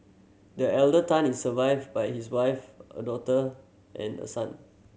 the elder Tan is survived by his wife a daughter and a son